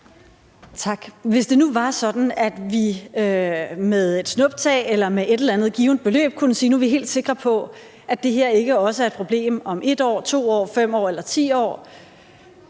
Hvis det nu var sådan, at vi med et snuptag eller med et eller andet givent beløb kunne sige, at nu er vi helt sikre på, at det her ikke også er et problem om 1 år, 2 år, 5 år eller 10 år,